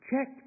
Check